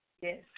Yes